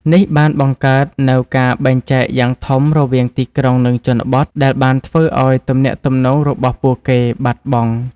នេះបានបង្កើតនូវការបែងចែកយ៉ាងធំរវាងទីក្រុងនិងជនបទ ដែលបានធ្វើឲ្យទំនាក់ទំនងរបស់ពួកគេបាត់បង់។